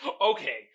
Okay